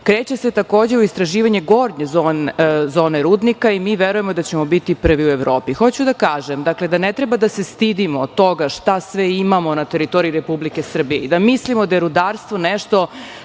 se takođe u istraživanje gornje zone rudnika i mi verujemo da ćemo biti prvi u Evropi. Hoću da kažem, dakle, da ne treba da se stidimo toga šta sve imamo na teritoriji Republike Srbije i da mislimo da je rudarstvo nešto